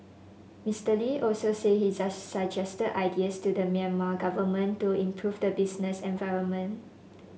Mister Lee also said he suggested ideas to the Myanmar government to improve the business environment